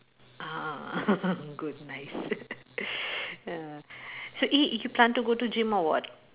uh good nice uh so it you plan to go to gym or what